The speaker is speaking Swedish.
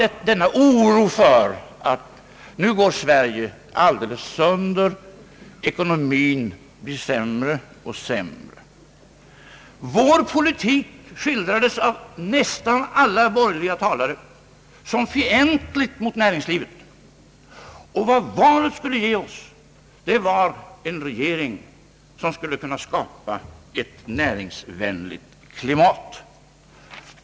Det var denna oro för att Sverige nu går helt sönder, att ekonomin blir sämre och sämre. Vår politik skildrades av nästan alla borgerliga talare som fientlig mot näringslivet. Vad valet skulle ge var en regering som skulle kunna skapa ett näringsvänligt klimat.